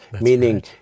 meaning